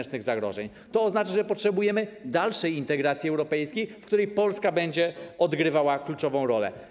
To oznacza, że potrzebujemy dalszej integracji europejskiej, w której Polska będzie odgrywała kluczową rolę.